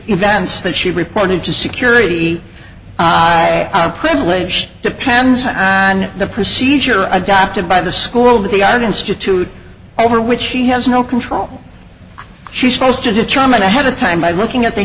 events that she reported to security our privilege depends on the procedure adopted by the school that the art institute over which she has no control she's supposed to determine ahead of time by looking at the